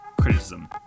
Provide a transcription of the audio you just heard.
Criticism